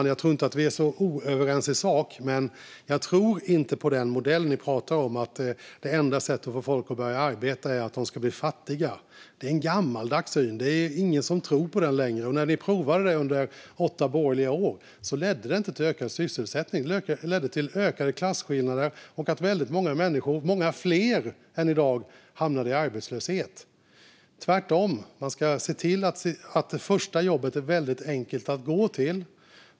Jag tror alltså inte att vi är så o-överens i sak, men jag tror inte på den modell debattörerna pratar om, det vill säga att det enda sättet att få folk att börja arbeta är att göra dem fattiga. Det är en gammaldags syn. Det är ingen som tror på den längre. När man provade det under åtta borgerliga år ledde det inte heller till ökad sysselsättning, utan det ledde till ökade klasskillnader och att väldigt många människor - många fler än i dag - hamnade i arbetslöshet. Tvärtom ska man se till att det första jobbet är väldigt enkelt att gå till.